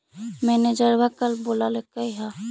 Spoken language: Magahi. मैनेजरवा कल बोलैलके है?